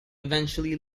eventually